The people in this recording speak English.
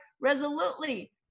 resolutely